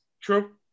True